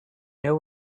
know